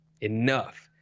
enough